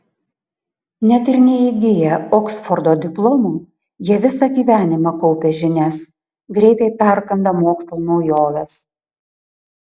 net ir neįgiję oksfordo diplomo jie visą gyvenimą kaupia žinias greitai perkanda mokslo naujoves